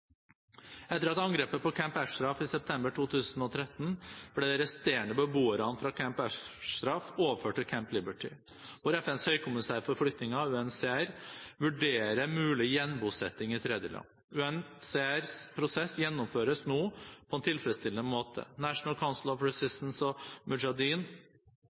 angrepet på Camp Ashraf i september 2013 ble de resterende beboerne fra Camp Ashraf overført til Camp Liberty, hvor FNs høykommissær for flyktninger, UNHCR, vurderer mulig gjenbosetting i tredjeland. UNHCRs prosess gjennomføres nå på en tilfredsstillende måte. National Council of Resistance og